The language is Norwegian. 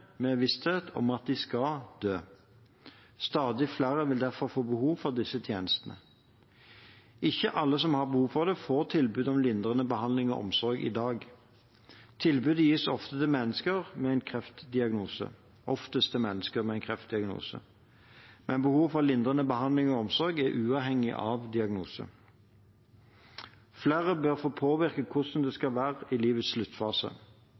med vissheten om at de skal dø. Stadig flere vil derfor få behov for disse tjenestene. Ikke alle som har behov for det, får tilbud om lindrende behandling og omsorg i dag. Tilbudet gis oftest til mennesker med en kreftdiagnose. Men behovet for lindrende behandling og omsorg er uavhengig av diagnose. Flere bør få påvirke hvordan det skal være i livets sluttfase.